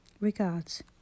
Regards